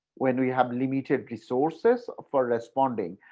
when we have limited resources for responding,